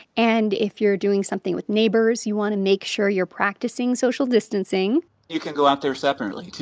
and if you're doing something with neighbors, you want to make sure you're practicing social distancing you can go out there separately, too.